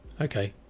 Okay